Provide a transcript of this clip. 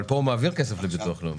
פה הוא מעביר כסף לביטוח לאומי.